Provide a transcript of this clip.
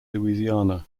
louisiana